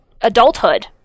adulthood